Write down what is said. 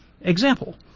Example